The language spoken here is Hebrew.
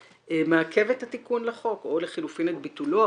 מעכב את התיקון לחוק או לחילופין את ביטולו,